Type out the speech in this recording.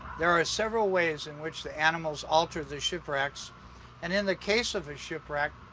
there are several ways in which the animals alter the shipwrecks and in the case of a shipwreck,